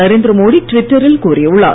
நரேந்திர மோடி டுவிட்டரில் கூறியுள்ளார்